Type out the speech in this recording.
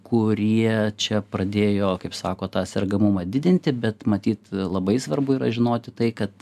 kurie čia pradėjo kaip sako tas sergamumą didinti bet matyt labai svarbu yra žinoti tai kad